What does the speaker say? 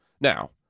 Now